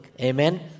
Amen